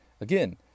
again